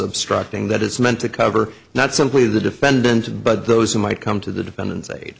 obstructing that it's meant to cover not simply the defendant but those who might come to the defendant's aid